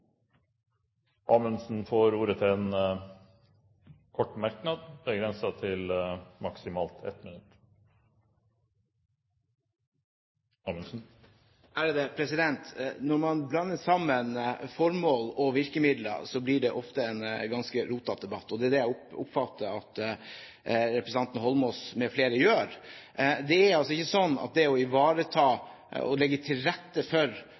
Amundsen har hatt ordet to ganger og får ordet til en kort merknad, begrenset til 1 minutt. Når man blander sammen formål og virkemidler, blir det ofte en ganske rotete debatt. Det er det jeg oppfatter at representanten Holmås mfl. gjør. Det er altså ikke slik at det å ivareta og legge til rette for